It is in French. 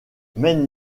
mai